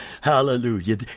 Hallelujah